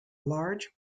large